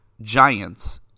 giants